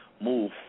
Move